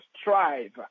strive